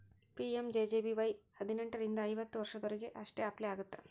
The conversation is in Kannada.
ಪಿ.ಎಂ.ಜೆ.ಜೆ.ಬಿ.ವಾಯ್ ಹದಿನೆಂಟರಿಂದ ಐವತ್ತ ವರ್ಷದೊರಿಗೆ ಅಷ್ಟ ಅಪ್ಲೈ ಆಗತ್ತ